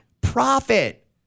Profit